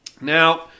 Now